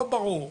לא ברור.